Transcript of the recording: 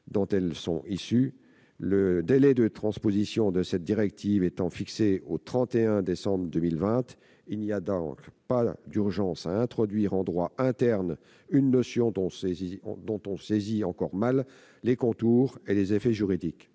dont elles sont issues. Le délai de transposition de cette directive étant fixé au 31 décembre 2020, il n'y a pas d'urgence à introduire en droit interne une notion dont on saisit encore mal les contours et les effets juridiques.